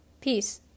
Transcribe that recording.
peace